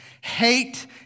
Hate